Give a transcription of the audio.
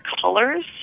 colors